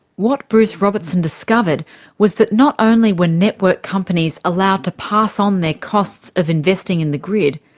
what bruce robertson discovered was that not only were network companies allowed to pass on their costs of investing in the grid,